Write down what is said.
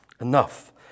enough